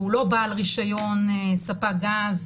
והוא לא בעל רישיון ספק גז,